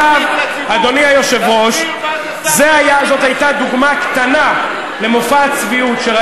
תסביר מה זה שר ללא כספי ציבור.